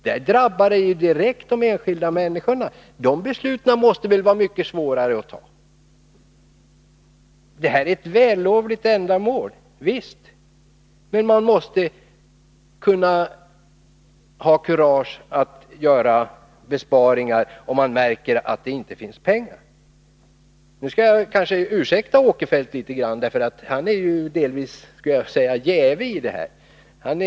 Där drabbar prutningarna direkt de enskilda människorna. Sådana beslut måste väl vara mycket svårare att fatta. Visst är det här fråga om ett vällovligt ändamål, men vi måste ha kurage att göra besparingar, om vi märker att det inte finns pengar. Jag skall kanske ursäkta Sven Eric Åkerfeldt litet grand. Han är delvis ”jävig” i det här fallet.